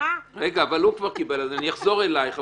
אבל הוא כבר קיבל אז אני אחזור אליך.